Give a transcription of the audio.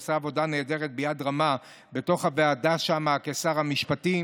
שעשה עבודה נהדרת ביד רמה בתוך הוועדה שם כשר המשפטים.